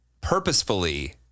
purposefully